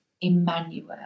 Emmanuel